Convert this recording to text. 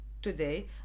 Today